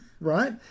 right